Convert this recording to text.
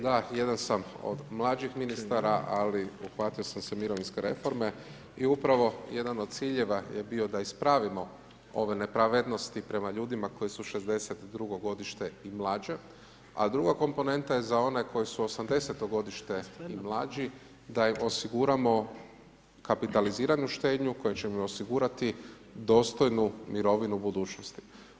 Da jedan sam od mlađih ministara, ali uhvatio sam se mirovinske reforme i upravo jedan od ciljeva je bio da ispravimo ove nepravednosti prema ljudima koji su '62. godište i mlađe, a druga komponenta je za one koji su '80. godište i mlađi da im osiguramo kapitaliziranu štednju koja će im osigurati dostojnu mirovinu budućnosti.